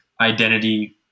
identity